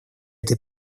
этой